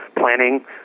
planning